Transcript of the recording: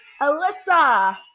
Alyssa